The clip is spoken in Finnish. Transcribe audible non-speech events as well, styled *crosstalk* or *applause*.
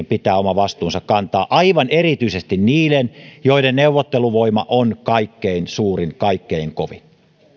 *unintelligible* pitää oma vastuunsa kantaa aivan erityisesti niiden joiden neuvotteluvoima on kaikkein suurin kaikkein kovin